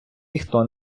ніхто